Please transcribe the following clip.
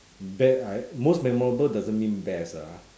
be~ I most memorable doesn't mean best ah